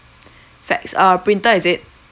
fax err printer is it